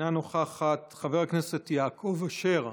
אינה נוכחת, חבר הכנסת יעקב אשר,